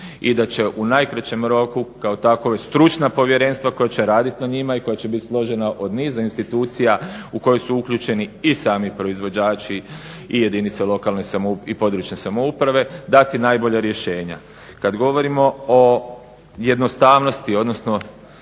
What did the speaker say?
i da će u najkraćem roku kao takva stručna povjerenstva koja će raditi na njima i koja će biti složena od niza institucija u koje su uključeni i sami proizvođači i jedinice lokalne samouprave i područne samouprave dati najbolja rješenja. Kad govorimo o jednostavnosti, odnosno